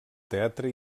teatre